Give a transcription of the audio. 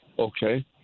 Okay